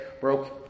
broke